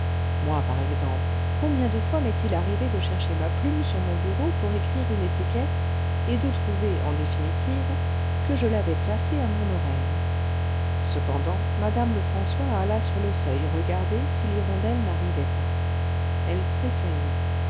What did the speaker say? moi par exemple combien de fois m'est-il arrivé de chercher ma plume sur mon bureau pour écrire une étiquette et de trouver en définitive que je l'avais placée à mon oreille cependant madame lefrançois alla sur le seuil regarder si l'hirondelle n'arrivait pas elle tressaillit